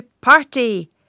party